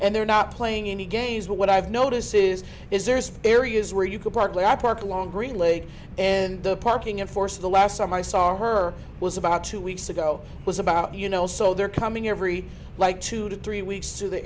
and they're not playing any games but what i've notice is is there's areas where you could partly i park along green leg and the parking in force the last time i saw her was about two weeks ago was about you know so they're coming every like two to three weeks to the